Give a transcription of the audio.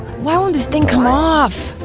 why won't this thing come off?